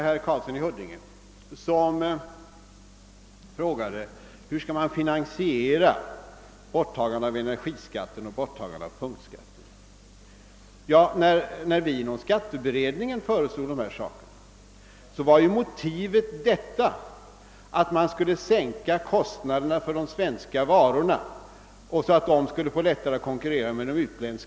Herr Karlsson i Huddinge frågade hur man skall finansiera borttagandet av energiskatten och av punktskatterna. När vi inom skatteberedningen föreslog dessa åtgärder var ju vårt motiv att kostnaderna för de svenska varorna skulle sänkas, så att dessa lättare skulle kunna konkurrera med de utländska.